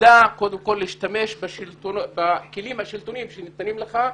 תדע קודם כול להשתמש בכלים השלטוניים שניתנים לך,